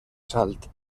salt